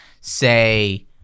say